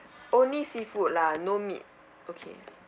only seafood lah no meat okay